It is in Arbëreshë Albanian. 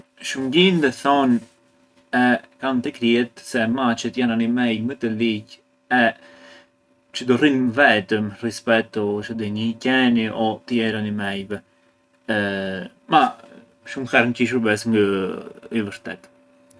Shumë gjinde thonë e kanë te kryet se maçet janë animej më të ligjë e çë do rrinë vetëm rispetu çë di, njëi qeni o tjerë animejve, ma shumë herë qi shurbe ngë ë i vërtet.